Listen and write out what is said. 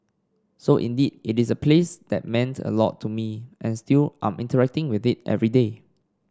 so indeed it is a place that meant a lot to me and still I'm interacting with it every day